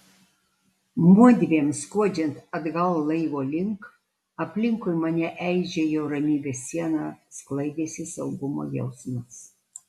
mudviem skuodžiant atgal laivo link aplinkui mane eižėjo ramybės siena sklaidėsi saugumo jausmas